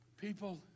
People